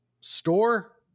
store